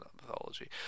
mythology